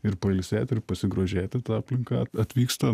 ir pailsėt ir pasigrožėt ta aplinka atvyksta